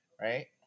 right